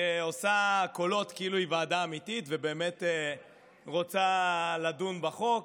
שעושה קולות כאילו היא ועדה אמיתית ובאמת רוצה לדון בחוק,